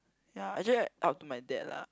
ya actually I up to my dad lah